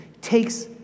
takes